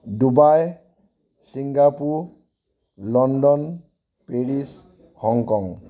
Dubai Singapore London Paris Hong Kong